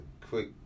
quick